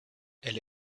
elle